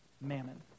mammon